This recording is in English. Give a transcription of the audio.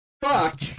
Fuck